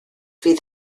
fydd